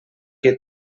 que